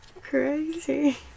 crazy